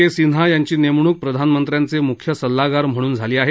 के सिन्हा यांची नेमणूक प्रधानमंत्र्यांचे मुख्य सल्लागार म्हणून झाली आहे